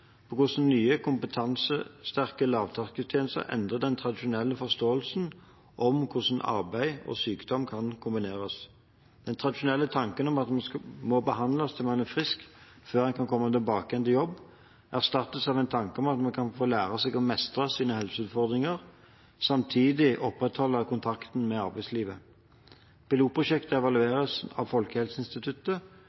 på hvordan nye, kompetansesterke lavterskeltjenester endrer den tradisjonelle forståelsen av hvordan arbeid og sykdom kan kombineres. Den tradisjonelle tanken om at man må behandles til man er frisk før man kan komme tilbake igjen i jobb, erstattes av en tanke om at man kan få lære seg å mestre sine helseutfordringer og samtidig opprettholde kontakten med arbeidslivet. Pilotprosjektet evalueres av Folkehelseinstituttet,